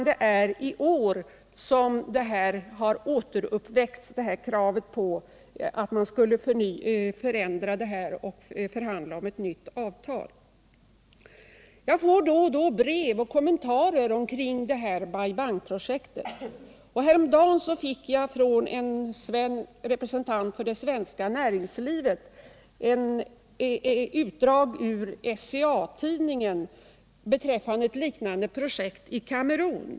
Det är först i år som krav på att man skall förhandla om ett nytt avtal har väckts. Jag får då och då brev och kommentarer omkring Bai Bang-projektet. Häromdagen fick jag från en representant för det svenska näringslivet ett utdrag ur SCA-tidningen om ett liknande projekt i Kamerun.